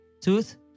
tooth